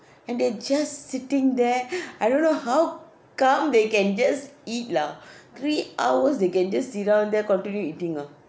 and they just sitting there I don't know how come they can just eat lah three hours they can just sit down there continue eating ah